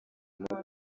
muto